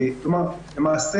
למעשה